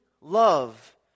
love